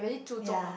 ya